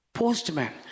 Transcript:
postman